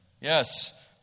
Yes